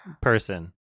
person